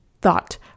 thought